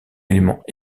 élément